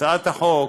הצעת החוק